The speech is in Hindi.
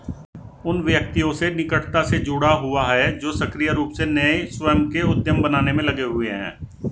उन व्यक्तियों से निकटता से जुड़ा हुआ है जो सक्रिय रूप से नए स्वयं के उद्यम बनाने में लगे हुए हैं